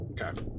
Okay